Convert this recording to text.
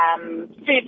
food